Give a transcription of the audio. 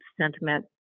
sentiment